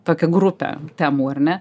tokia grupė temų ar ne